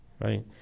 Right